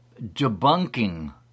debunking